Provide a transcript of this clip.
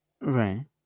right